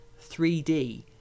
3D